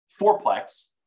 fourplex